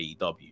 AEW